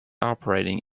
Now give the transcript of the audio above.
operating